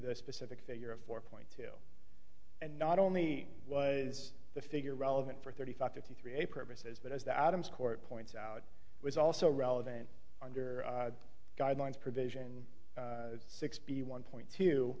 the specific figure of four point two and not only was the figure relevant for thirty five fifty three a purposes but as the adams court points out it was also relevant under the guidelines provision six b one point t